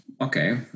Okay